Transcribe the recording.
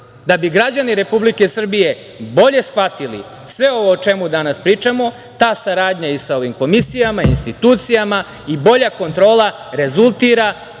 bi građani Republike Srbije bolje shvatili sve ovo o čemu danas pričamo, ta saradnja i sa ovim komisijama, institucijama i bolja kontrola rezultira